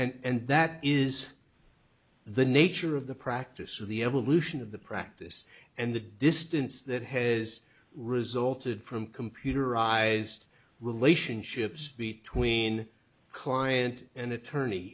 and that is the nature of the practice or the evolution of the practice and the distance that has resulted from computerized relationships between client and attorney